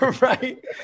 Right